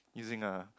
using a